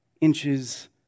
inches